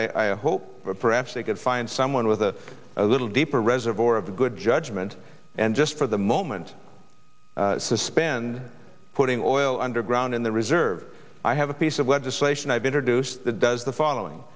i hope perhaps they could find someone with a little deeper reservoir of good judgment and just for the moment suspend putting oil underground in the reserves i have a piece of legislation i've been reduced that does the following